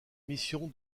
mission